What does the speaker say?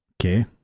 Okay